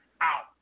out